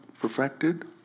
perfected